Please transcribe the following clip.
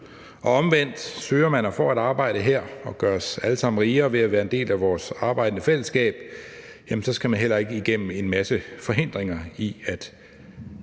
omvendt: Søger man og får et arbejde her og gør os alle sammen rigere ved at være en del af vores arbejdende fællesskab, jamen så skal man heller ikke igennem en masse forhindringer for at